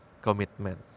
commitment